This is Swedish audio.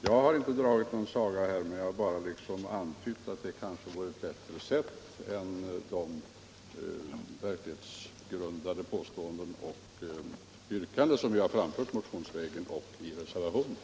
Jag har inte dragit någon saga här — jag har bara antytt att det kanske vore bättre att beställa en sådan än att framföra de verklighetsgrundade påståenden och yrkanden som vi framfört motionsvägen och i reservationen.